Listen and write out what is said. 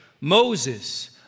Moses